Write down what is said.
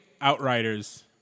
Outriders